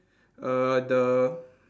err the